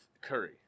Curry